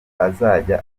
azajya